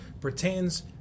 pertains